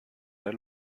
der